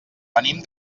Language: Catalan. venim